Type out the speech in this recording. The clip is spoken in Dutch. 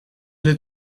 het